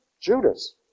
Judas